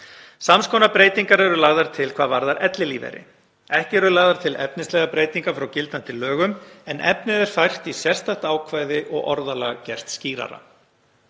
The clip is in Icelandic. Sams konar breytingar eru lagðar til hvað varðar ellilífeyri. Ekki eru lagðar til efnislegar breytingar frá gildandi lögum en efnið er fært í sérstakt ákvæði og orðalag gert skýrara.